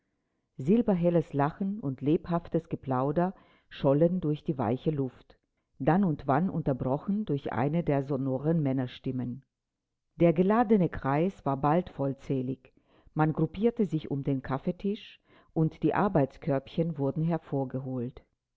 silberhelles lachen und lebhaftes geplauder schollen durch die weiche luft dann und wann unterbrochen durch eine der sonoren männerstimmen der geladene kreis war bald vollzählig man gruppierte sich um den kaffeetisch und die arbeitskörbchen wurden hervorgeholt